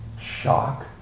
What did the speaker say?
Shock